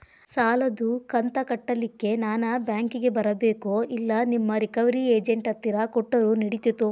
ಸಾಲದು ಕಂತ ಕಟ್ಟಲಿಕ್ಕೆ ನಾನ ಬ್ಯಾಂಕಿಗೆ ಬರಬೇಕೋ, ಇಲ್ಲ ನಿಮ್ಮ ರಿಕವರಿ ಏಜೆಂಟ್ ಹತ್ತಿರ ಕೊಟ್ಟರು ನಡಿತೆತೋ?